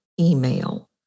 email